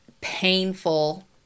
painful